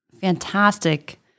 fantastic